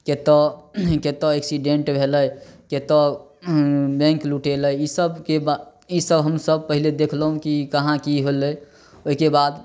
कतऽ कतऽ एक्सीडेन्ट भेलै कतऽ बैंक लुटेलै ई सभके बात ई सभ हमसभ पहिले देखलहुॅं कि कहाँ कि होलै ओहिके बाद